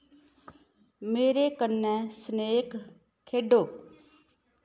मेरे कन्नै सनेक खेढो